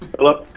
hello?